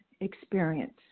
experience